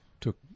took